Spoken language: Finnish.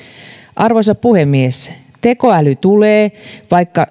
arvoisa puhemies tekoäly tulee vaikka